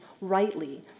rightly